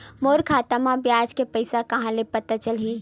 मोर खाता म ब्याज के पईसा ह कहां ले पता चलही?